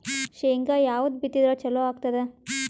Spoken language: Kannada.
ಶೇಂಗಾ ಯಾವದ್ ಬಿತ್ತಿದರ ಚಲೋ ಆಗತದ?